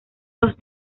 dos